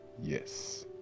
yes